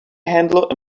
handle